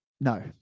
No